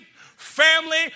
family